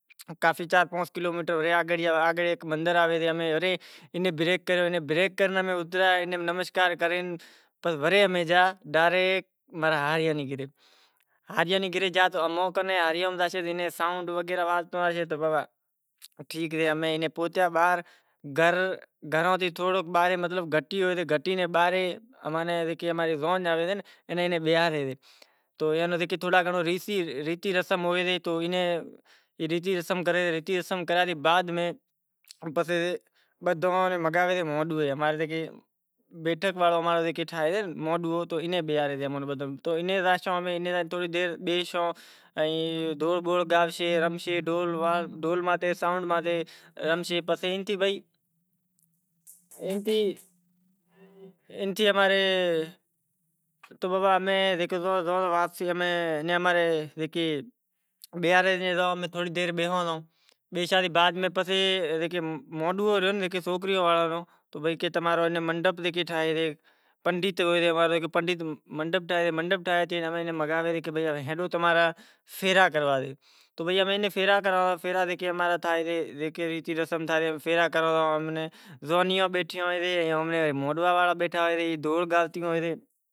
منیں بھی ڈاڈھی خوشی محسوس تھی میں اینے بریک کرائی سوٹھے نمونے خوشیکری وڑے مندر ماہ بریک کریو وڑے امیں گیا ڈاریک ہاریاں نیں گریج گیا تو گھراں تھیں تھوڑو باہر مطلب گھٹی سے تو اماں ری زان آوے سے تو ایناں بیہاریں سیں، جو ریتی رسم ہوئے تو ریتیہ رسم کرے بیہاریں تو تھوڑی دیر بیشیں ڈھولے رمشیں پسے ایم تھی بھئی ایم تھی اماں رے بابا واپسی زووں جیکے بیہارے زوں موڈوں ریا جیکے سوکریوں واڑو ریو منڈپ ٹھائیں منگائیں ہیلو تمار پھیرا کراواں منیں زانیں بیٹھی ہوئیں